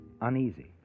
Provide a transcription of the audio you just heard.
uneasy